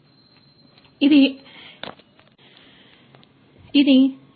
కాబట్టి ఇది ఈ కోరిందకాయ పై మీరు ఇక్కడ చూడవచ్చు ఇది ఈ కోరిందకాయ పై